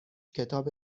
کتاب